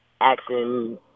action